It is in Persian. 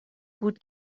بود